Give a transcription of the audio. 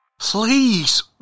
Please